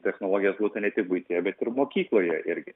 technologizuota ne tik buityje bet ir mokykloje irgi